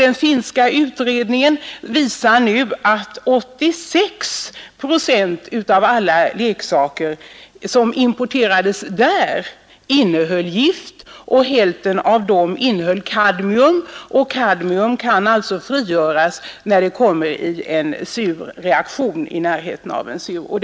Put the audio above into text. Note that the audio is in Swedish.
En finsk utredning visar nu att 84 procent av alla leksaker som importerats till Finland innehåller gift. Hälften av dessa 84 procent innehåller kadmium. som kan frigöras när det kommer i närheten av en sur reaktion.